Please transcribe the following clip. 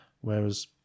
Whereas